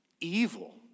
evil